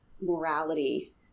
morality